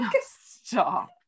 Stop